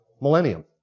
millennium